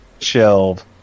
shelve